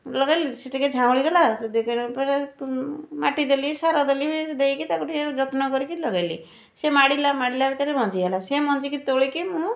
ଲଗେଇଲି ସିଏ ଟିକିଏ ଝାଉଁଳି ଗଲା ଦେଖିଲା ପରେ ମାଟି ଦେଲି ସାର ଦେଲି ଦେଇକି ତାକୁ ଟିକିଏ ଯତ୍ନ କରିକି ଲଗେଇଲି ସେ ମାଡ଼ିଲା ମାଡ଼ିଲା ଭିତରେ ମଞ୍ଜି ହେଲା ସେ ମଞ୍ଜିକି ତୋଳିକି ମୁଁ